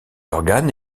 organe